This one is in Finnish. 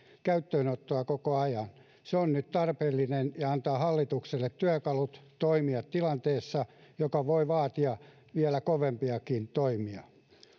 käyttöönottoa koko ajan se on nyt tarpeellinen ja antaa hallitukselle työkalut toimia tilanteessa joka voi vaatia vielä kovempiakin toimia